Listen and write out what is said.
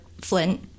Flint